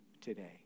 today